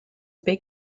big